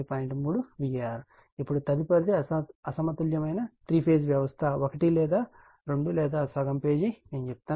ఇప్పుడు తదుపరిది అసమతుల్యమైన 3 ఫేజ్ వ్యవస్థ ఒకటి లేదా రెండు లేదా సగం పేజీ నేను చెప్తాను